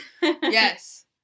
Yes